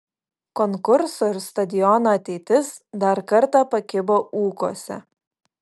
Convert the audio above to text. konkurso ir stadiono ateitis dar kartą pakibo ūkuose